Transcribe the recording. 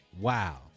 Wow